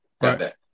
Right